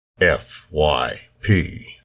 FYP